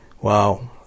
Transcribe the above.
wow